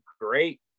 great